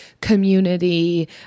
community